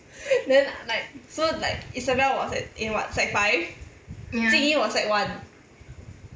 then like so like isabel was at in what sec five jing yi was sec one